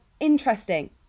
interesting